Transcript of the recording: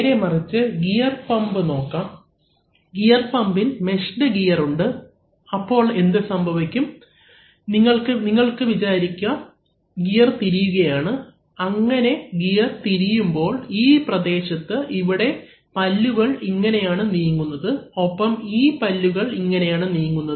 നേരെമറിച്ച് gear pump നോക്കാം gear പമ്പിൽ മെഷ്ഡ് ഗിയർ ഉണ്ട് അപ്പോൾ എന്ത് സംഭവിക്കും നിങ്ങൾക്ക് വിചാരിക്കാം ഗിയർ തിരിയുകയാണ് അങ്ങനെ ഗിയർ തിരിയുമ്പോൾ ഈ പ്രദേശത്ത് ഇവിടെ പല്ലുകൾ ഇങ്ങനെയാണ് നീങ്ങുന്നത് ഒപ്പം ഈ പല്ലുകൾ ഇങ്ങനെയാണ് നീങ്ങുന്നത്